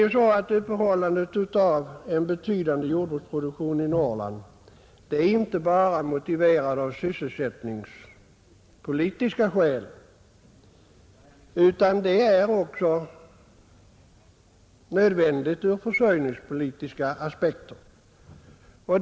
Upprätthållandet av en betydande jordbruksproduktion i Norrland motiveras inte bara av sysselsättningspolitiska skäl utan nödvändiggörs även av försörjningspolitiska.